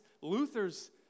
Luther's